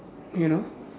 you know